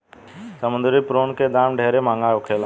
समुंद्री प्रोन के दाम ढेरे महंगा होखेला